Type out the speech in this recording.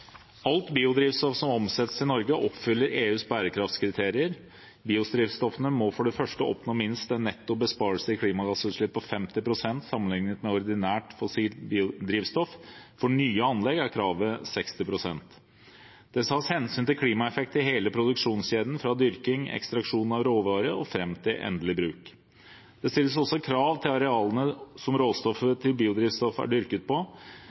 Alt biodrivstoff som omsettes i Norge, oppfyller EUs bærekraftskriterier. Biodrivstoffene må for det første oppnå minst en netto besparelse i klimagassutslipp på 50 pst. sammenlignet med ordinært fossilt biodrivstoff. For nye anlegg er kravet 60 pst. Det tas hensyn til klimaeffekt i hele produksjonskjeden, fra dyrking og ekstraksjon av råvare til endelig bruk. Det stilles også krav til arealene som råstoffet til biodrivstoffet er dyrket på.